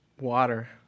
Water